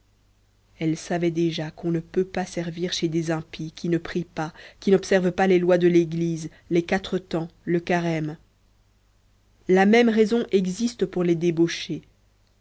elle savait déjà qu'on ne peut pas servir chez des impies qui ne prient pas qui n'observent pas les lois de l'église les quatre-temps le carême la même raison existe pour les débauchés